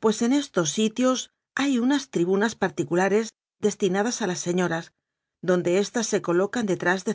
pues en estos sitios hay unas tribunas particulares desti nadas a las señoras donde éstas se colocan detrás de